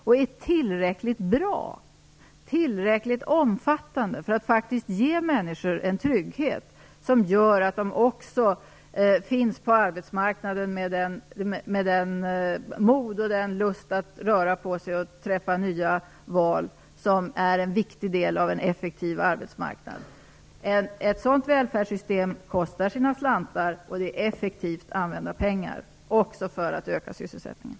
De är tillräckligt bra, tillräckligt omfattande för att faktiskt ge människor en trygghet som gör att de också finns på arbetsmarknaden med det mod och den lust att röra på sig och träffa nya val som är en viktig del av en effektiv arbetsmarknad. Ett sådant välfärdssystem kostar sina slantar, men det är effektivt använda pengar också för att öka sysselsättningen.